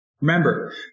Remember